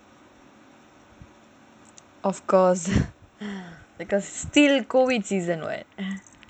of course because still COVID season [what]